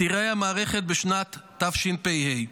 תיראה המערכת בשנת תשפ"ה?